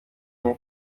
baba